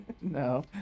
No